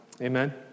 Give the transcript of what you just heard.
Amen